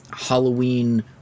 Halloween